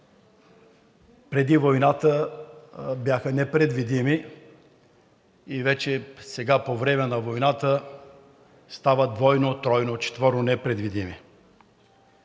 преди войната бяха непредвидими и вече сега – по време на войната, стават двойно, тройно, четворно непредвидими.